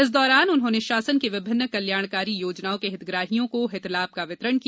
इस दौरान उन्होंने शासन की विभिन्न कल्याणकारी योजनाओं के हितग्राहियों को हितलाभ का वितरण किया